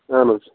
اَہَن حظ